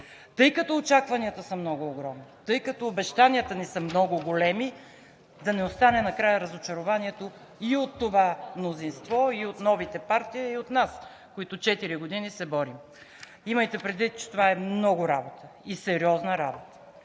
тъй като очакванията са много огромни, тъй като обещанията ни са много големи, да не остане накрая разочарованието и от това мнозинство, и от новите партии, и от нас, които четири години се борим. Имайте предвид, че това е много работа и сериозна работа,